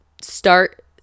start